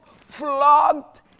flogged